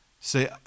say